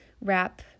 wrap